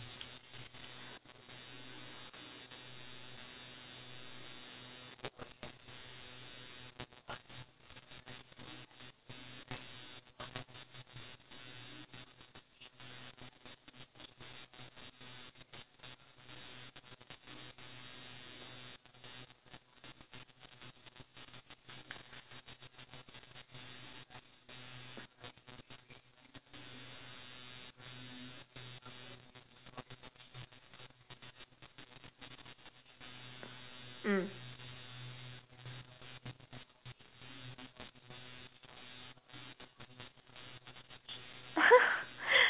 mm